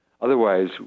Otherwise